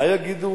מה יגידו